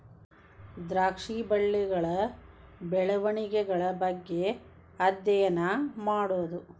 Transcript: ದ್ರಾಕ್ಷಿ ಬಳ್ಳಿಗಳ ಬೆಳೆವಣಿಗೆಗಳ ಬಗ್ಗೆ ಅದ್ಯಯನಾ ಮಾಡುದು